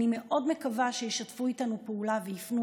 אני מאוד מקווה שישתפו איתנו פעולה ויפנו.